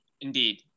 Indeed